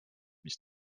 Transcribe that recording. mis